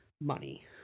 money